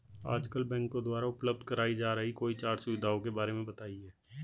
आजकल बैंकों द्वारा उपलब्ध कराई जा रही कोई चार सुविधाओं के बारे में बताइए?